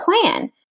plan